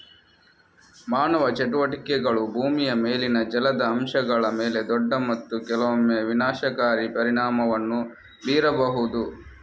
ಮಾನವ ಚಟುವಟಿಕೆಗಳು ಭೂಮಿಯ ಮೇಲಿನ ಜಲದ ಅಂಶಗಳ ಮೇಲೆ ದೊಡ್ಡ ಮತ್ತು ಕೆಲವೊಮ್ಮೆ ವಿನಾಶಕಾರಿ ಪರಿಣಾಮವನ್ನು ಬೀರಬಹುದು